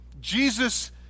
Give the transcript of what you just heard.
Jesus